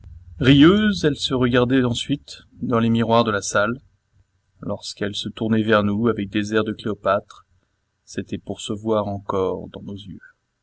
rieuse elle se regardait ensuite dans les miroirs de la salle lorsqu'elle se tournait vers nous avec des airs de cléopâtre c'était pour se voir encore dans nos yeux